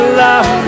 love